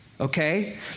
Okay